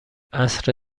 عصر